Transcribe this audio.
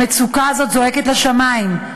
המצוקה הזאת זועקת לשמים,